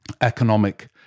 economic